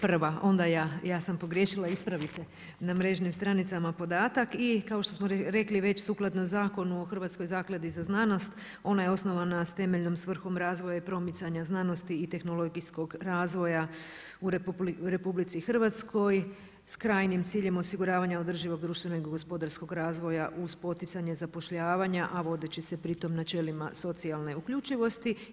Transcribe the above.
Prva, onda ja sam pogriješila, ispravite na mrežnim stranicama podatak i kao što smo rekli već sukladno Zakonu o Hrvatskoj zakladi za znanost ona je osnovana s temeljnom svrhom razvoja i promicanja znanosti i tehnologijskog razvoja u RH s krajnjim ciljem osiguravanja održivog društvenog i gospodarskog razvoja uz poticanje zapošljavanja, a vodeći se pri tom načelima socijalne uključivosti.